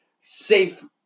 safe